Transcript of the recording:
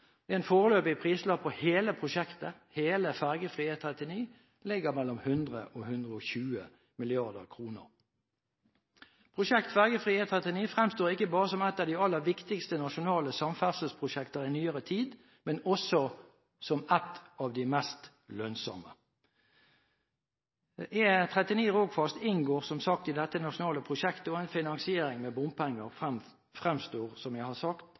En foreløpig prislapp på hele prosjektet Ferjefri E39 ligger på mellom 100 mrd. kr og 120 mrd. kr. Prosjektet Ferjefri E39 fremstår ikke bare som et av de aller viktigste nasjonale samferdselsprosjekter i nyere tid, men også som et av de mest lønnsomme. E39 Rogfast inngår som sagt i dette nasjonale prosjektet, og en finansiering med bompenger fremstår, som jeg har sagt,